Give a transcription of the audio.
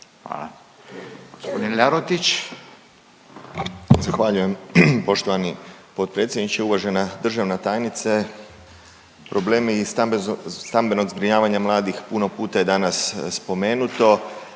Marin (Nezavisni)** Zahvaljujem poštovani potpredsjedniče, uvaženi državna tajnice. Problemi stambenog zbrinjavanja mladih puno puta je danas spomenuto,